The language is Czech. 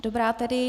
Dobrá tedy.